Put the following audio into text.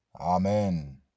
Amen